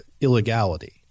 illegality